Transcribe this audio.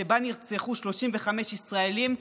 שבה נרצחו 35 ישראלים,